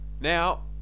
Now